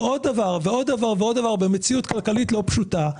ועוד דבר ועוד דבר ועוד דבר במציאות כלכלית לא פשוטה,